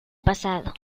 pasado